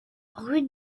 rue